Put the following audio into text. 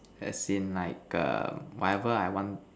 as in like the whatever I want